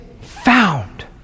found